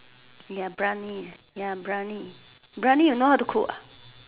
ya brownie ya brownie brownie you know how to cook